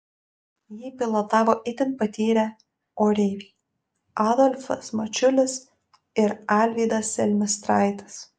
jį pilotavo itin patyrę oreiviai adolfas mačiulis ir alvydas selmistraitis